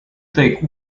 take